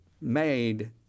made